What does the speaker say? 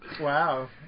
Wow